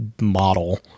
model